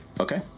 okay